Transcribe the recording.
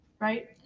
right